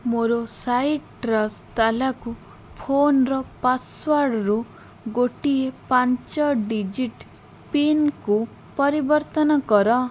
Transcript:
ମୋର ସାଇଟ୍ରସ୍ ତାଲାକୁ ଫୋନ୍ର ପାସୱାର୍ଡ଼ରୁ ଗୋଟିଏ ପାଞ୍ଚ ଡିଜିଟ୍ ପିନ୍କୁ ପରିବର୍ତ୍ତନ କର